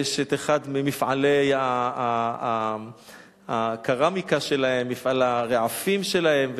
יש אחד ממפעלי הקרמיקה שלהם, מפעל הרעפים שלהם,